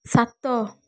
ସାତ